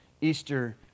Easter